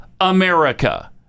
America